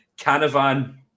Canavan